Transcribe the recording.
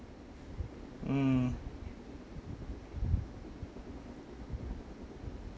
mm